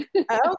Okay